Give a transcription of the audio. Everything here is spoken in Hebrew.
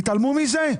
יתעלמו מזה?